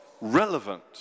relevant